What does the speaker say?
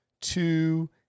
Two